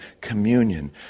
communion